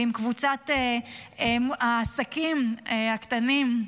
ועם קבוצת העסקים הקטנים,